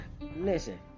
listen